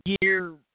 year